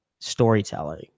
storytelling